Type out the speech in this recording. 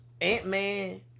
Ant-Man